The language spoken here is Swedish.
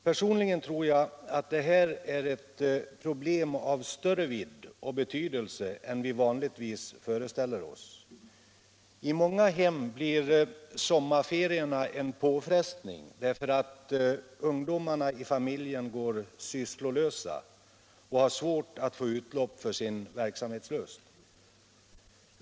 Personligen tror jag att det här är ett problem av större vidd och betydelse än vi vanligtvis föreställer oss. I många hem blir sommarferierna en påfrestning därför att ungdomarna i familjen går sysslolösa och har svårt att få utlopp för sin verksamhetslust.